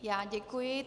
Já děkuji.